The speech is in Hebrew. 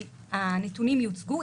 הנתונים יוצגו.